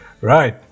Right